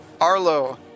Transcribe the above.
Arlo